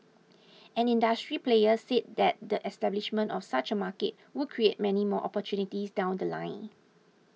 an industry player said that the establishment of such a market would create many more opportunities down The Line